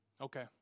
okay